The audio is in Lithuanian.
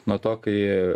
nuo to kai